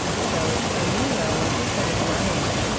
so for me, though, once i started running,